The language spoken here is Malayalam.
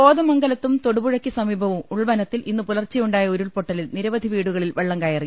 കോതമംഗലത്തും തൊടുപുഴയ്ക്കുസമീപവും ഉൾവനത്തിൽ ഇന്നു പുലർച്ചെയുണ്ടായ ഉരുൾപൊട്ടലിൽ നിരവധി വീടുകളിൽ വെള്ളംകയറി